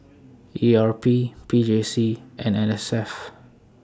E R P P J C and N S F